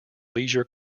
leisure